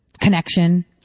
Connection